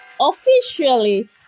officially